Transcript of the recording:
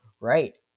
Right